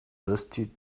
dusty